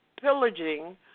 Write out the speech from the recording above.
pillaging